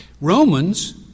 Romans